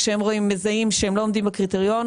כשהם מזהים שהם לא עומדים בקריטריון,